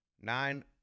Nine